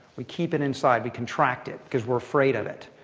we keep it inside. we contract it because we're afraid of it.